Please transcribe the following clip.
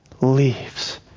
leaves